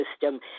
system